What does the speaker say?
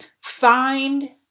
find